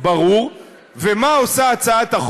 שמחה גדולה,